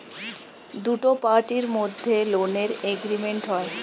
দুটো পার্টির মধ্যে লোনের এগ্রিমেন্ট হয়